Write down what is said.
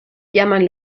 llaman